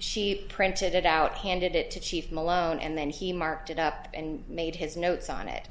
she printed it out handed it to chief malone and then he marked it up and made his notes on it